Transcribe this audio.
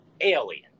Alien